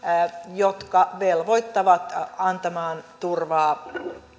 jotka velvoittavat antamaan turvaa